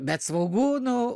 bet svogūnų